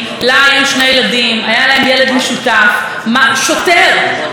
מה גרם לו לרצוח את אשתו,